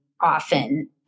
often